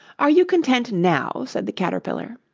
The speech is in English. are you content now said the caterpillar.